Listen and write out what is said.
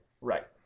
Right